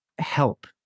Help